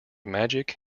magic